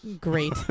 great